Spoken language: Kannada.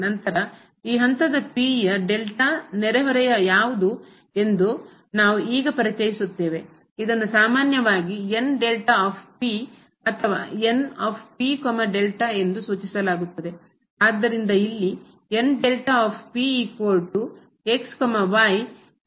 ನಂತರ ಈ ಹಂತದ P ಯ ಡೆಲ್ಟಾ ನೆರೆಹೊರೆ ಯಾವುದು ಎಂದು ನಾವು ಈಗ ಪರಿಚಯಿಸುತ್ತೇವೆ ಇದನ್ನು ಸಾಮಾನ್ಯವಾಗಿ ಅಥವಾ ಎಂದು ಸೂಚಿಸಲಾಗುತ್ತದೆ